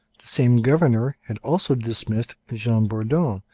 the same governor had also dismissed jean bourdon,